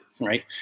right